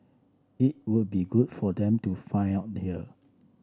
it would be good for them to find out here